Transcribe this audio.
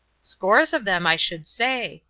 scores of them, i should say,